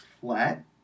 flat